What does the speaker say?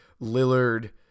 Lillard